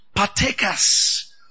Partakers